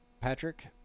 Patrick